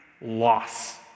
loss